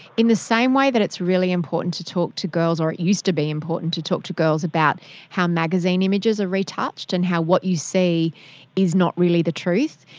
in the same way that it's really important to talk to girls or it used to be important to talk to girls about how magazine images are retouched and how what you see is not really the truth,